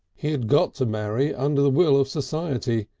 he had got to marry under the will of society,